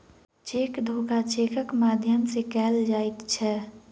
cheque धोखा चेकक माध्यम सॅ कयल जाइत छै